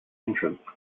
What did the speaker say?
entrance